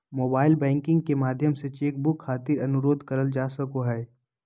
mobile banking के माध्यम से चेक बुक खातिर अनुरोध करल जा सको हय